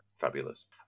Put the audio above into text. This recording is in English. fabulous